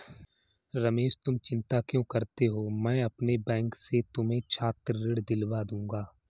रमेश तुम चिंता क्यों करते हो मैं अपने बैंक से तुम्हें छात्र ऋण दिलवा दूंगा